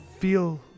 feel